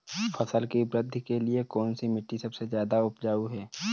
फसल की वृद्धि के लिए कौनसी मिट्टी सबसे ज्यादा उपजाऊ है?